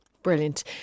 Brilliant